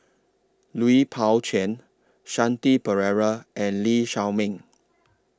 Lui Pao Chuen Shanti Pereira and Lee Shao Meng